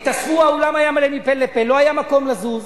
התאספו, האולם היה מלא מפה לפה, לא היה מקום לזוז,